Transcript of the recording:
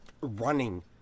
running